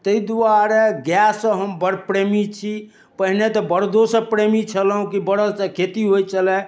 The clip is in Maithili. ताहि दुआरे गायसँ हम बड़ प्रेमी छी पहिने तऽ बरदोसँ प्रेमी छलहुँ की बरदसँ खेती होइत छलै